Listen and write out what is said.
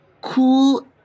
Cool